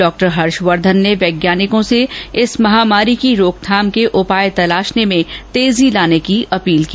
doctor Harshvardhan ने वैज्ञानिकों से इस महामारी की रोकथाम के उपाय तलाशने में तेजी लाने की अपील की